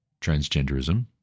transgenderism